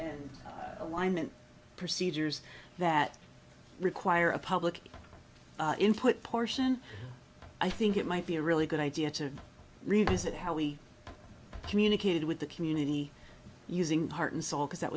alignment procedures that require a public input portion i think it might be a really good idea to revisit how we communicated with the community using heart and soul because that